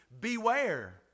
Beware